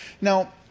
Now